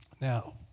Now